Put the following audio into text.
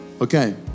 Okay